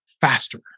faster